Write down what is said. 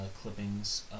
clippings